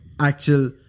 actual